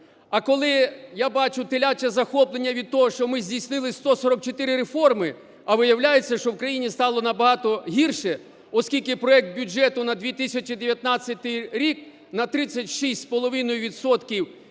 А коли я бачу теляче захоплення від того, що ми здійснили 144 реформи, а виявляється, що в країні стало набагато гірше, оскільки проект бюджету на 2019 рік на 36,5